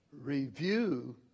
review